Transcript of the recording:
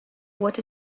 what